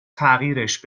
تغییرش